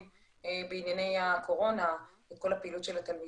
בענייני הקורונה וכל הפעילות של התלמידים.